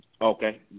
Okay